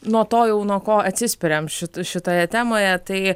nuo to jau nuo ko atsispiriam šit šitoje temoje tai